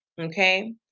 Okay